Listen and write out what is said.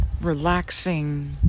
relaxing